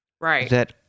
right